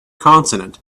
consonant